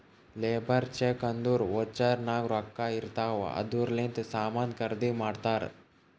labour cheque ಅಂದುರ್ voucher ನಾಗ್ ರೊಕ್ಕಾ ಇರ್ತಾವ್ ಅದೂರ್ಲಿಂದೆ ಸಾಮಾನ್ ಖರ್ದಿ ಮಾಡ್ತಾರ್